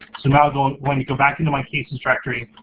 so now going, when you go back into my case introductory,